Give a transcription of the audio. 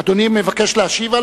אדוני מבקש להשיב?